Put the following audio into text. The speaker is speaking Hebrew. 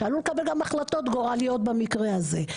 שעלול לקבל גם החלטות גורליות במקרה הזה,